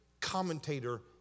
commentator